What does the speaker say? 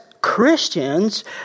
Christians